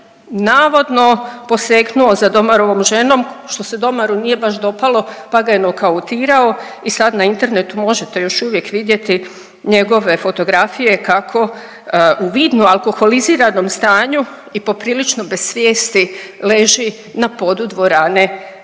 navodno posegnuo za domarovom ženom, što se domaru nije baš dopalo, pa ga je nokautirao i sad na internetu možete još uvijek vidjeti njegove fotografije kako u vidno alkoholiziranom stanju i poprilično bez svijesti leži na podu dvorane